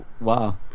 wow